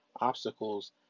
obstacles